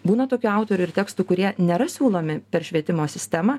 būna tokių autorių ir tekstų kurie nėra siūlomi per švietimo sistemą